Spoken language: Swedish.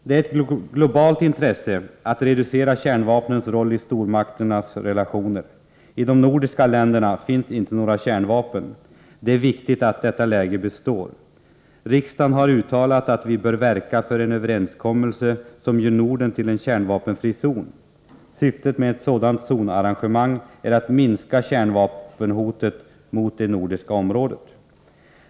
Det är ett globalt intresse att reducera kärnvapnens roll i stormakternas relationer. I de nordiska länderna finns inte några kärnvapen. Det är viktigt att detta läge består. Riksdagen har uttalat att vi bör verka för en överenskommelse som gör Norden till en kärnvapenfri zon. Syftet med ett sådant zonarrangemang är att minska kärnvapenhotet mot det nordiska området.